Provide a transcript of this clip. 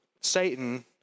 Satan